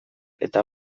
eta